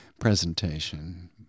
presentation